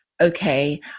okay